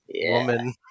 woman